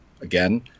Again